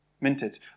minted